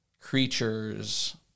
creatures